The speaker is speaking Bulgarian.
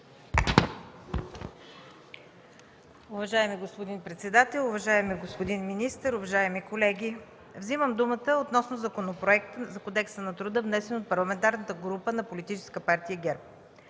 Уважаеми господин председател, уважаеми господин министър, уважаеми колеги! Вземам думата относно Законопроекта за Кодекса на труда, внесен от Парламентарната група на Политическа партия ГЕРБ.